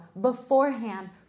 beforehand